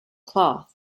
cloth